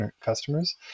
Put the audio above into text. customers